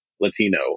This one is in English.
Latino